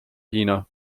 hiina